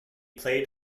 played